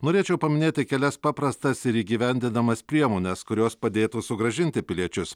norėčiau paminėti kelias paprastas ir įgyvendindamas priemones kurios padėtų sugrąžinti piliečius